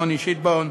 יוני שטבון,